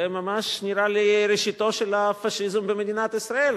זה ממש נראה לי ראשיתו של הפאשיזם במדינת ישראל,